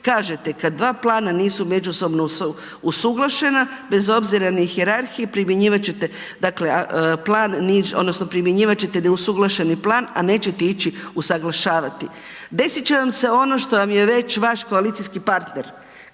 kažete kad dva plana nisu međusobno usuglašena bez obzira na hijerarhiji primjenjivat ćete dakle plan, odnosno primjenjivat ćete neusuglašeni plan, a nećete ići usuglašavati. Desit će vam se ono što vam je već vaš koalicijski partner,